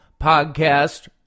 podcast